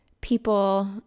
people